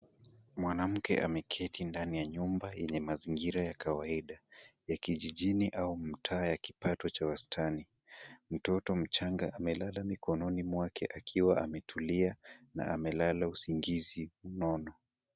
Mwanamke ameketi ndani ya nyumba yenye mazingira ya kawaida ya kijijini au mtaa ya kipato cha wastani. Mtoto mdogo amelala kwa mikononi akiwa ametulia na amelala usingizi mnono.